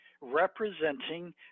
representing